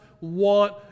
want